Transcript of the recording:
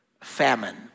famine